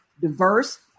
diverse